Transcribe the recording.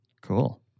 Cool